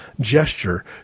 gesture